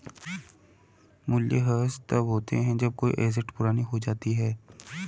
मूल्यह्रास तब होता है जब कोई एसेट पुरानी हो जाती है